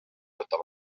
võta